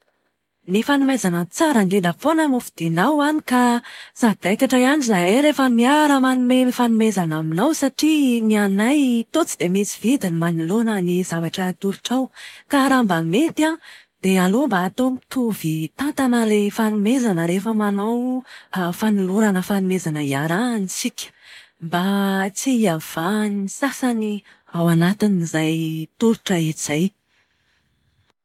Ny fanomezana tsara indrindra foana no fidinao hany ka sadaikatra ihany zahay rehefa miara-manome fanomezana aminao satria ny anay toa tsy dia misy vidiny manoloana ny zavatra atolotrao. Ka raha mba mety an, dia aleo mba atao mitovy tantana ilay fanomezana rehefa manao fanolorana fanomezana iarahana tsika. Mba tsy hiavahan'ny sasany ao anatin'izay tolotra izay.